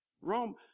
Rome